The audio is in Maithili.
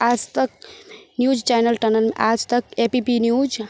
आज Tak news channel Aaj Tak A B P news